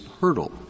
hurdle